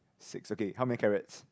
six okay how many carrots